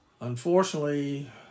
unfortunately